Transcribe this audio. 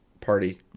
party